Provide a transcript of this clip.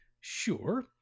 Sure